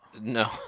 No